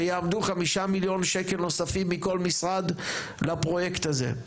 שיעמדו 5 מיליון שקלים נוספים מכל משרד לפרויקט הזה.